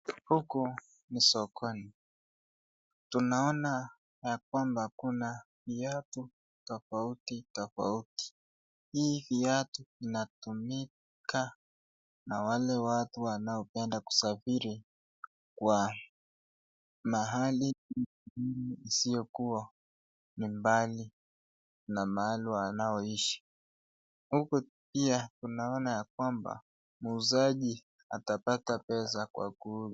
Huku ni sokoni, tunaona ya kwamba kuna viatu tofauti tofauti. Hii viatu inatumika na wale watu wanaopenda kusafiri kwa mahali isiokuwa ni mbali na mahali wanaoishi. Huku pia tunaona ya kwamba muuzaji atapata pesa kwa kuuza.